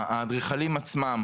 לאדריכלים עצמם